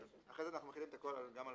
אחרי זה אנחנו מחילים את הכל גם על